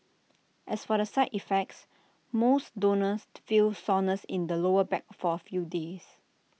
as for the side effects most donors feel soreness in the lower back for A few days